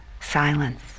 silence